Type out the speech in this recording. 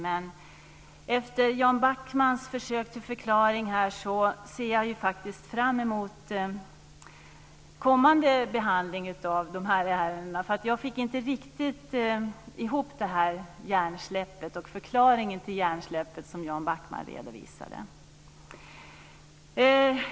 Men efter Jan Backmans försök till förklaring ser jag faktiskt fram emot kommande behandling av de här ärendena. Jag fick inte riktigt ihop det här med hjärnsläpp och den förklaring till hjärnsläpp som Jan Backman redovisade.